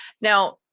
Now